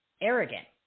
arrogant